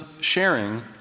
sharing